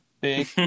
big